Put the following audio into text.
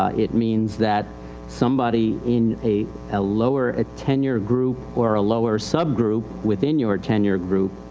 ah it means that somebody in a a lower, a tenure group or a lower sub-group within your tenure group,